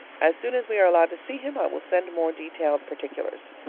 as soon as we are allowed to see him i will send more detailed particulars.